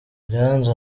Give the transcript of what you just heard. iranzi